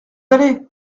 allez